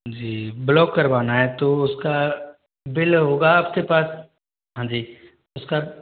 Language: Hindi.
जी ब्लॉक करवाना है तो उसका बिल होगा आपके पास हाँ जी उसका